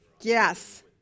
Yes